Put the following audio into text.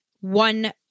one